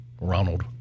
Ronald